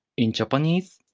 in japanese,